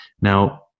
Now